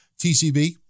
TCB